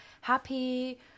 happy